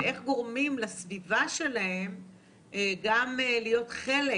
ואיך גורמים לסביבה שלהם גם להיות חלק